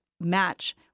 match